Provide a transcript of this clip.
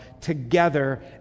together